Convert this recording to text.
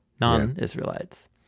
non-israelites